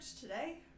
today